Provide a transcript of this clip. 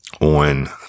on